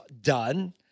done